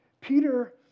Peter